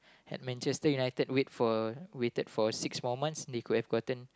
had Manchester-United wait for waited for six more months they could have gotten